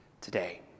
today